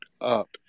up